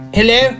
Hello